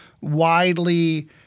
widely